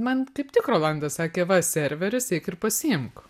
man kaip tik rolandas sakė va serveris eik ir pasiimk